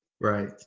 Right